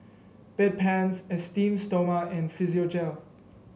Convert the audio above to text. Bedpans Esteem Stoma and Physiogel